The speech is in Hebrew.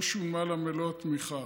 לא שולמה לה מלוא התמיכה,